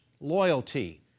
loyalty